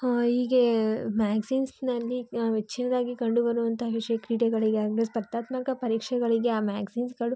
ಹಾಂ ಹೀಗೆ ಮ್ಯಾಗ್ಝಿನ್ಸ್ನಲ್ಲಿ ನಾವು ಹೆಚ್ಚಿನದಾಗಿ ಕಂಡುಬರುವಂಥ ವಿಷಯ ಕ್ರೀಡೆಗಳಿಗಾಗಲಿ ಸ್ಪರ್ಧಾತ್ಮಕ ಪರೀಕ್ಷೆಗಳಿಗೆ ಆ ಮ್ಯಾಗ್ಝಿನ್ಸ್ಗಳು